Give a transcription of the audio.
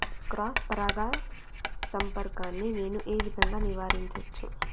Cross పరాగ సంపర్కాన్ని నేను ఏ విధంగా నివారించచ్చు?